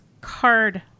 Card